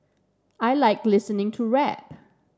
I like listening to rap